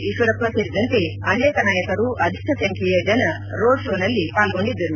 ಈಶ್ವರಪ್ಪ ಸೇರಿದಂತೆ ಅನೇಕ ನಾಯಕರು ಅಧಿಕ ಸಂಬ್ಜೆಯ ಜನ ರೋಡ್ಶೋನಲ್ಲಿ ಪಾಲ್ಗೊಂಡಿದ್ದರು